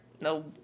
No